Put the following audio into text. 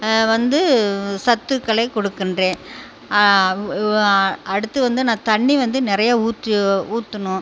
வந்து சத்துக்களை கொடுக்கின்றேன் அடுத்து வந்து நான் தண்ணி வந்து நிறைய ஊற்று ஊற்றணும்